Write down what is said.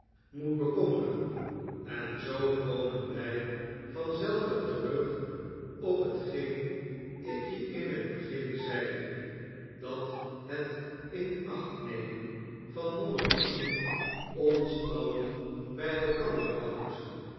moet bekommeren en zoo komen wij van zelve terug op hetgeen ik je in het begin zeide dat het inachtnemen van nommer één ons allen bij elkander houdt